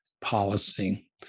policy